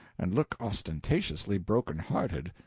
and look ostentatiously broken-hearted,